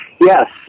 Yes